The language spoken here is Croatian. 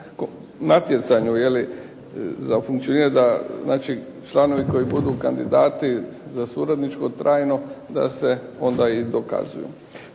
natjecanju za funkcioniranje. Znači, da članovi koji budu kandidati za suradničko trajno da se onda i dokazuju.